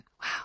Wow